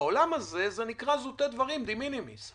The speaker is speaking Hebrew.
בעולם הזה, זה נקרא זוטי דברים, דימינימיס.